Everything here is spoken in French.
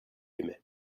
aimais